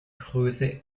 größe